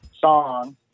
song